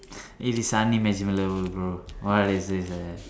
if it's unimaginable bro what is this eh